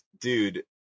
Dude